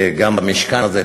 גם במשכן הזה,